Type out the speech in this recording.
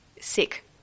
sick